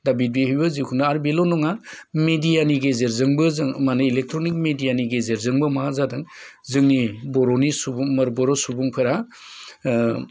दा बिब्दिहैबो जिकुनु आरो बेल' नङा मिडिया नि गेजेरजोंबो जों माने इलेक्ट्र'निक मिडिया नि गेजेरजोंबो मा जादों जोंनि बर'नि सुबुं बर' सुबुंफोरा